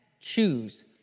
choose